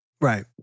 right